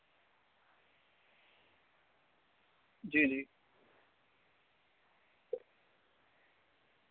जी जी